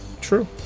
True